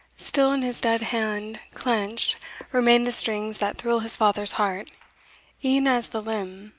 still in his dead hand clenched remain the strings that thrill his father's heart e'en as the limb,